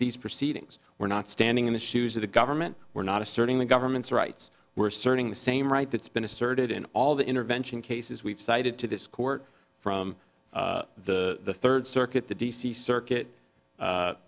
these proceedings we're not standing in the shoes of the government we're not asserting the government's rights we're serving the same right that's been asserted in all the intervention cases we've cited to this court from the third circuit the d c circuit